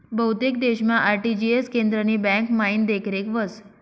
बहुतेक देशमा आर.टी.जी.एस केंद्रनी ब्यांकमाईन देखरेख व्हस